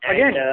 Again